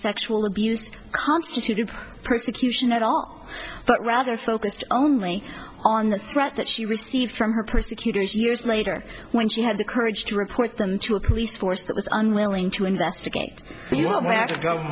sexual abuse constituted persecution at all but rather focused only on the threat that she received from her persecutors years later when she had the courage to report them to a police force that was unwilling to investigate